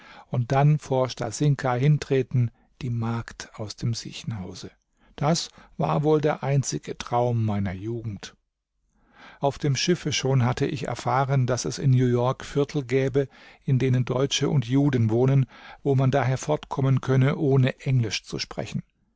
und dann vor stasinka hintreten die magd aus dem siechenhause das war wohl der einzige traum meiner jugend auf dem schiffe schon hatte ich erfahren daß es in new york viertel gäbe in denen deutsche und juden wohnen wo man daher fortkommen könne ohne englisch zu sprechen